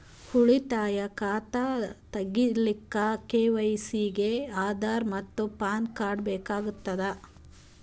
ಉಳಿತಾಯ ಖಾತಾ ತಗಿಲಿಕ್ಕ ಕೆ.ವೈ.ಸಿ ಗೆ ಆಧಾರ್ ಮತ್ತು ಪ್ಯಾನ್ ಕಾರ್ಡ್ ಬೇಕಾಗತದ